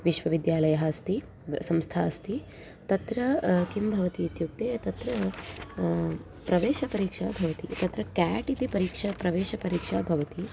विश्वविद्यालयः अस्ति व् संस्था अस्ति तत्र किं भवति इत्युक्ते तत्र प्रवेशपरीक्षा भवति तत्र क्याट् इति परीक्षा प्रवेशपरीक्षा भवति